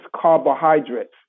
carbohydrates